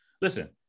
Listen